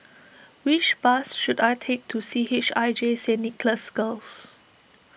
which bus should I take to C H I J Saint Nicholas Girls